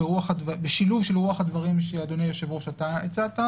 בשילוב של רוח הדברים שאדוני היושב-ראש אתה הצעת,